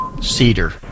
cedar